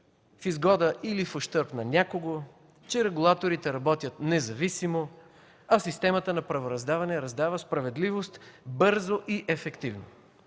в изгода или в ущърб на някого, че регулаторите работят независимо, а системата на правораздаване раздава справедливост бързо и ефективно.